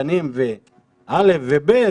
גנים ו-א'-ב',